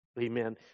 amen